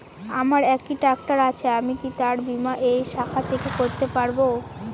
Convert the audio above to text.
আমার একটি ট্র্যাক্টর আছে আমি কি তার বীমা এই শাখা থেকে করতে পারব?